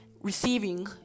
receiving